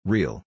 Real